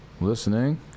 listening